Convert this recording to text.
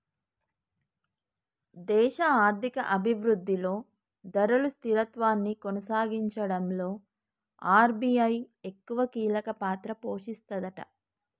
దేశ ఆర్థిక అభివృద్ధిలో ధరలు స్థిరత్వాన్ని కొనసాగించడంలో ఆర్.బి.ఐ ఎక్కువ కీలక పాత్ర పోషిస్తదట